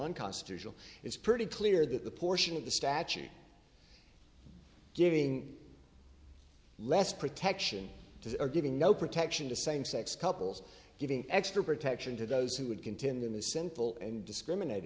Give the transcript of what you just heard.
unconstitutional it's pretty clear that the portion of the statute giving less protection are giving no protection to same sex couples giving extra protection to those who would continue in the simple and discriminate